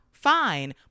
Fine